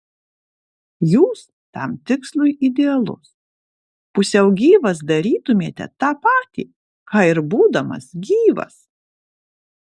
jūs tam tikslui idealus pusiau gyvas darytumėte tą patį ką ir būdamas gyvas